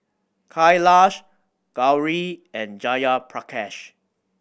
Kailash Gauri and Jayaprakash